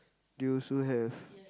they also have